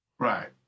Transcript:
Right